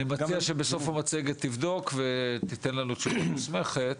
אני מציע שבסוף המצגת תבדוק ותיתן לנו תשובה מוסמכת.